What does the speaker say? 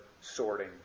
sorting